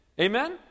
amen